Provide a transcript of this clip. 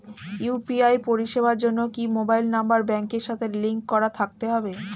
UPI পরিষেবার জন্য কি মোবাইল নাম্বার ব্যাংকের সাথে লিংক করা থাকতে হবে?